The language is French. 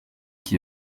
qui